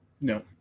no